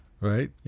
Right